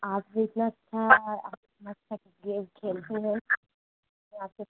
आप जितना अच्छा गेम खेलती हैं कि आपके